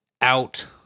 out